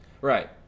Right